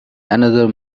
another